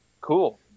cool